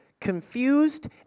confused